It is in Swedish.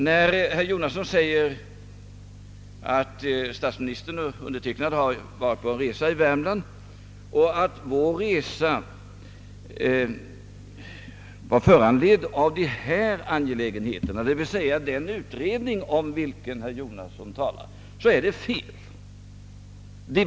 När herr Jonasson säger att statsministern och min resa i Värmland var föranledd av den utredning om vilken herr Jonasson talar, så är det fel.